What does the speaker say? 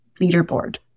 leaderboard